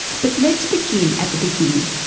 but let's begin at the beginning.